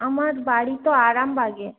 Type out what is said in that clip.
আমার বাড়ি তো আরামবাগে